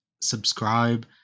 subscribe